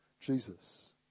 Jesus